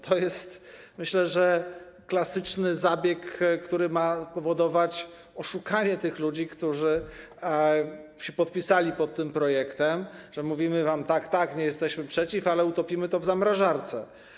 To jest, myślę, klasyczny zabieg, który ma powodować oszukanie tych ludzi, którzy podpisali się pod tym projektem, że mówimy wam: tak, tak, nie jesteśmy przeciw, ale utopimy to w zamrażarce.